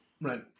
Right